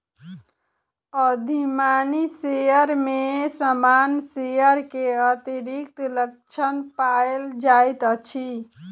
अधिमानी शेयर में सामान्य शेयर के अतिरिक्त लक्षण पायल जाइत अछि